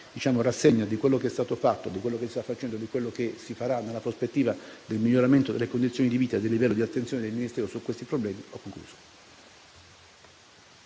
la rassegna di quanto è stato fatto, si sta facendo e si farà - nella prospettiva del miglioramento delle condizioni di vita e del livello di attenzione del Ministero su questi problemi - ho concluso.